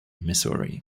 missouri